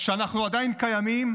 שאנחנו עדיין קיימים,